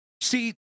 See